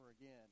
again